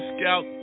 Scout